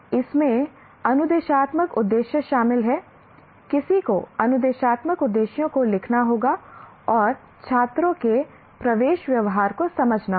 इसमें अनुदेशात्मक उद्देश्य शामिल हैं किसी को अनुदेशात्मक उद्देश्यों को लिखना होगा और छात्रों के प्रवेश व्यवहार को समझना होगा